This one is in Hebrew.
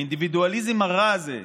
האינדיבידואליזם הרע הזה,